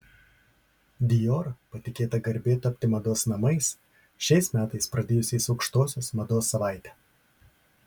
dior patikėta garbė tapti mados namais šiais metais pradėjusiais aukštosios mados savaitę